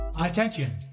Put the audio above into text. attention